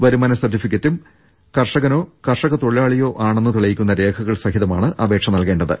വരുമാന സർട്ടിഫിക്കറ്റും കർഷകനോ കർഷക തൊഴിലാളിയോ ആണെന്ന് തെളിയിക്കുന്ന രേഖ കൾ സഹിതമാണ് അപേക്ഷ നൽകേണ്ടത്